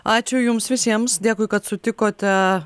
ačiū jums visiems dėkui kad sutikote